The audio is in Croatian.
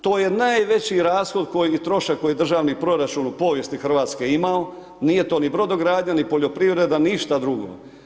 To je najveći rashod, trošak kojeg je državni proračun u povijesti RH imao, nije to ni brodogradnja, ni poljoprivreda, ništa drugo.